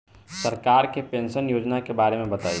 सरकार के पेंशन योजना के बारे में बताईं?